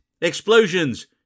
explosions